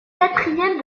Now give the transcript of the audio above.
quatrième